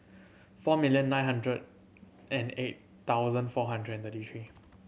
four million nine hundred and eight thousand four hundred and thirty three